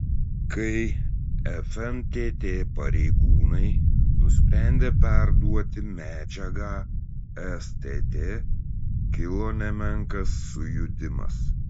kai fntt pareigūnai nusprendė perduoti medžiagą stt kilo nemenkas sujudimas